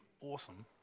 awesome